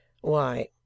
Why